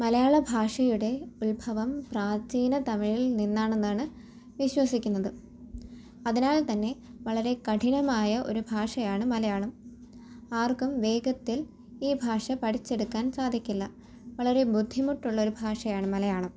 മലയാള ഭാഷയുടെ ഉത്ഭവം പ്രാചീന തമിഴിൽ നിന്നാണന്നാണ് വിശ്വസിക്കുന്നത് അതിനാൽ തന്നെ വളരെ കഠിനമായ ഒരു ഭാഷയാണ് മലയാളം ആർക്കും വേഗത്തിൽ ഈ ഭാഷ പഠിച്ചെടുക്കാൻ സാധിക്കില്ല വളരെ ബുദ്ധിമുട്ടുള്ളൊരു ഭാഷയാണ് മലയാളം